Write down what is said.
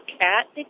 cat